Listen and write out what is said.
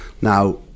Now